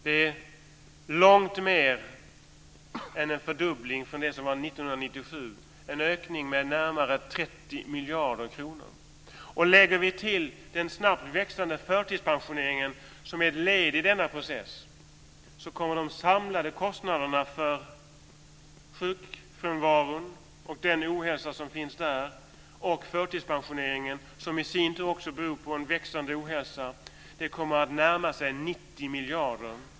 Det är långt mer än en fördubbling från det som gällde 1997, en ökning med närmare 30 miljarder kronor. Lägger vi till den snabbt växande förtidspensioneringen, som är ett led i denna process och som också beror på en växande ohälsa, kommer de samlade kostnaderna för sjukfrånvaron och den ohälsa som finns däri att närma sig 90 miljarder.